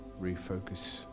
Refocus